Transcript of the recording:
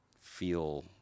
feel